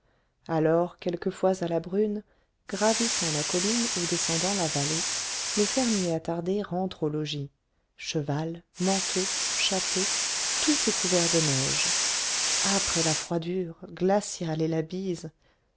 alors quelquefois à la brune gravissant la colline ou descendant la vallée le fermier attardé rentre au logis cheval manteau chapeau tout est couvert de neige âpre est la froidure glaciale est la bise